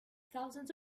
thousands